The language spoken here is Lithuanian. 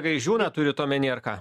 gaižiūną turint omeny ar ką